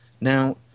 Now